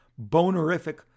bonerific